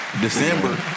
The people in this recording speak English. December